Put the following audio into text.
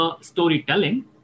storytelling